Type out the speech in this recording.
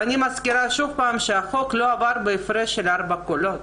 ואני מזכירה שוב שהקול לא עבר בהפרש של 4 קולות.